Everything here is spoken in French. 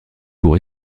pour